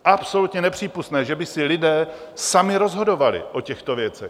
Absolutně nepřípustné, že by si lidé sami rozhodovali o těchto věcech.